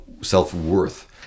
self-worth